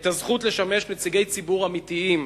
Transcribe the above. את הזכות לשמש נציגי ציבור אמיתיים